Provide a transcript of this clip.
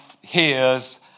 hears